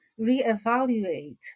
reevaluate